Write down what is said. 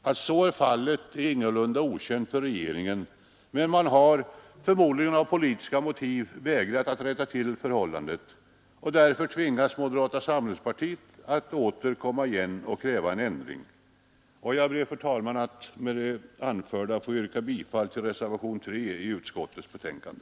Att så är fallet är ingalunda okänt för regeringen, men man har — förmodligen av politiska motiv — vägrat att rätta till förhållandet. Därför tvingas moderata samlingspartiet att åter komma igen och kräva ändring. Jag ber, fru talman, att med det anförda få yrka bifall till reservationen 3 till utskottets betänkande.